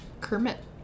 Kermit